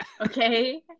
Okay